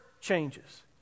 changes